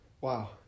Wow